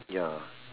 ya